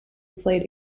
slate